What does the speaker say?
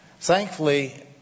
Thankfully